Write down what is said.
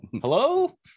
hello